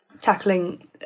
tackling